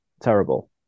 terrible